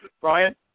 Brian